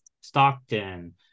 Stockton